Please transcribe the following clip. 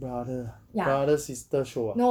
brother ah brother sister show ah